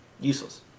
Useless